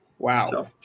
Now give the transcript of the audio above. Wow